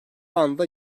anda